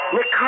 Nick